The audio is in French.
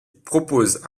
propose